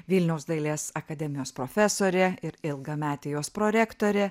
vilniaus dailės akademijos profesorė ir ilgametė jos prorektorė